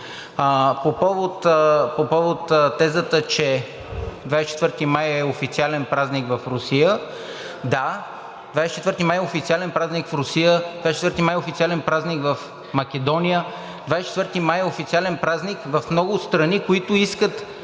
По повод тезата, че 24 май е официален празник в Русия – да, 24 май е официален празник в Русия, 24 май е официален празник в Македония, 24 май е официален празник в много страни, които искат